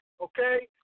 okay